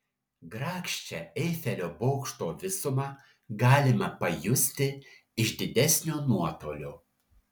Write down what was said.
grakščią eifelio bokšto visumą galima pajusti iš didesnio nuotolio